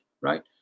right